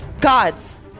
gods